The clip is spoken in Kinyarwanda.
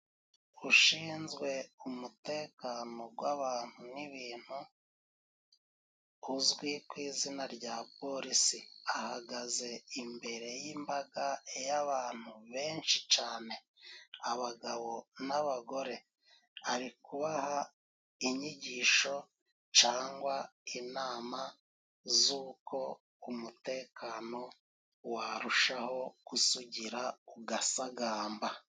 Ushinzwe umutekano gw'abantu n'ibintu uzwi ku izina rya polisi, ahagaze imbere y'imbaga y'abantu benshi cane, abagabo n'abagore, ari kubaha inyigisho cangwa inama z'uko umutekano warushaho gusugira ugasagamba.